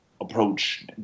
approach